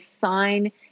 sign